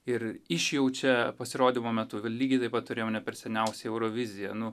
ir išjaučia pasirodymo metu va lygiai taip pat turėjom ne per seniausiai euroviziją nu